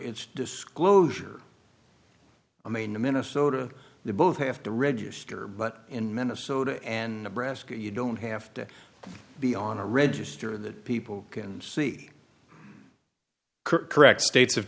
its disclosure i mean the minnesota they both have to register but in minnesota and brassica you don't have to be on a register that people can see correct states have